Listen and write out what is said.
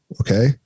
Okay